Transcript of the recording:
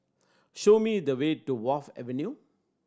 show me the way to Wharf Avenue